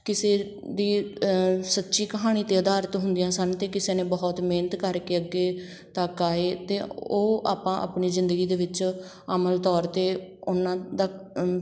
ਕਿਸੇ ਦੀ ਸੱਚੀ ਕਹਾਣੀ 'ਤੇ ਅਧਾਰਿਤ ਹੁੰਦੀਆਂ ਸਨ ਅਤੇ ਕਿਸੇ ਨੇ ਬਹੁਤ ਮਿਹਨਤ ਕਰਕੇ ਅੱਗੇ ਤੱਕ ਆਏ ਅਤੇ ਉਹ ਆਪਾਂ ਆਪਣੀ ਜ਼ਿੰਦਗੀ ਦੇ ਵਿੱਚ ਅਮਲ ਤੌਰ 'ਤੇ ਉਹਨਾਂ ਦਾ